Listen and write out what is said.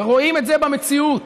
ורואים את זה במציאות.